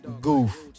Goof